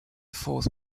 fourth